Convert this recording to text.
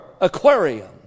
aquarium